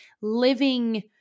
living